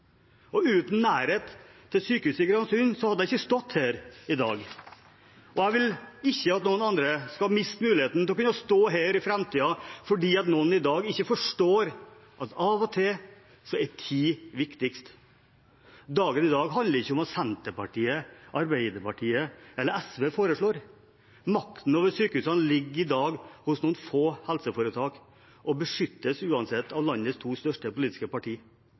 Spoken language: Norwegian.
og uten nærhet til sykehuset i Kristiansund hadde jeg ikke stått her i dag. Jeg vil ikke at noen andre skal miste muligheten til å kunne stå her i framtiden fordi noen i dag ikke forstår at av og til er tid viktigst. Dagen i dag handler ikke om hva Senterpartiet, Arbeiderpartiet eller SV foreslår. Makten over sykehusene ligger i dag hos noen få helseforetak og beskyttes uansett av landets to største politiske